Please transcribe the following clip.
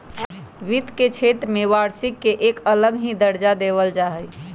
वित्त के क्षेत्र में वार्षिक के एक अलग ही दर्जा देवल जा हई